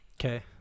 Okay